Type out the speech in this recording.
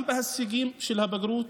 גם בהישגים של הבגרות,